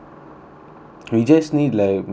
we just need like maybe like